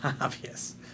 obvious